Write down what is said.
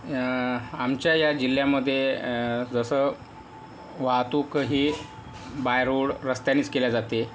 आमच्या ह्या जिल्ह्यामध्ये जसं वाहतूक ही बाय रोड रस्त्यानेच केली जाते